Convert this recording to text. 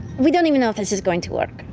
we don't even know if this is going to work.